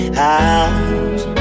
house